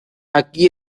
aquí